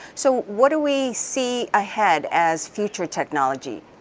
so what do we see ahead as future technology?